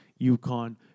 UConn